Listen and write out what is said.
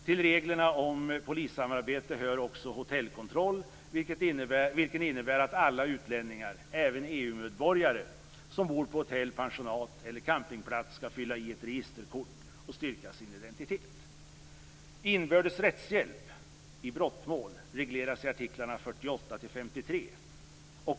Till reglerna om polissamarbetet hör också hotellkontroll, vilken innebär att alla utlänningar - även EU-medborgare - som bor på hotell, pensionat eller campingplats skall fylla i ett registerkort och styrka sin identitet.